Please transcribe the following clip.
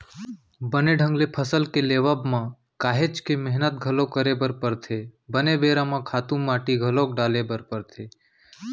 बने ढंग ले फसल के लेवब म काहेच के मेहनत घलोक करे बर परथे, बने बेरा म खातू माटी घलोक डाले बर परथे